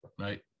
right